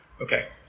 Okay